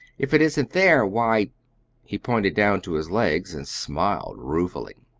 if it isn't there, why he pointed down to his legs, and smiled ruefully.